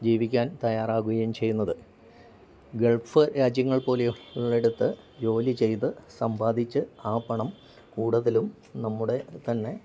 ജീവിക്കാൻ തയ്യാറാകുകയും ചെയ്യുന്നത് ഗൾഫ് രാജ്യങ്ങൾ പോലെ ഉള്ളിടത്തു ജോലി ചെയ്തു സമ്പാദിച്ച് ആ പണം കൂടുതലും നമ്മുടെ തന്നെ